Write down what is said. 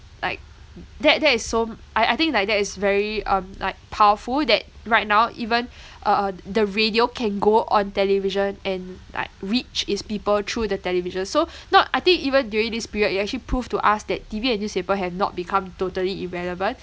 like that that is so I I think like that is very um like powerful that right now even uh uh the radio can go on television and like reach its people through the television so not I think even during this period it actually proved to us that T_V and newspaper have not become totally irrelevant